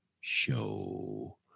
show